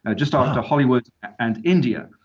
ah just after hollywood and india,